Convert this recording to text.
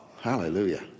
Hallelujah